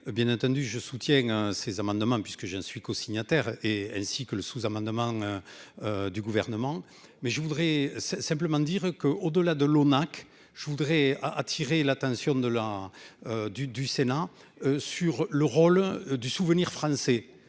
Bien entendu, je soutiens ces amendements puisque je ne suis co-signataire et ainsi que le sous-amendement. Du gouvernement mais je voudrais simplement dire que au-delà de l'ONAC. Je voudrais attirer l'attention de la. Du du Sénat sur le rôle du Souvenir français